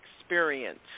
experience